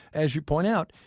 as you pointed out,